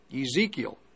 Ezekiel